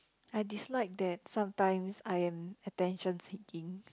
I dislike that sometimes I'm attention seeking